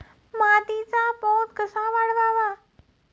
मातीचा पोत कसा वाढवावा?